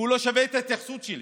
כי הוא לא שווה את ההתייחסות שלי,